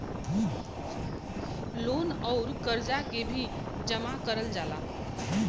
loan अउर करजा के भी जमा करल जाला